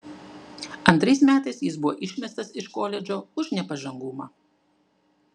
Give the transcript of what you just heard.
antrais metais jis buvo išmestas iš koledžo už nepažangumą